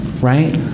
right